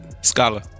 Scholar